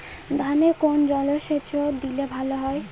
ধানে কোন জলসেচ দিলে ভাল হয়?